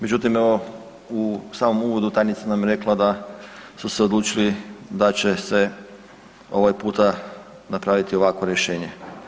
Međutim evo u samom uvodu tajnica nam je rekla da su se odlučili da će se ovaj puta napraviti ovakvo rješenje.